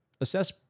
assess